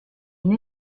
une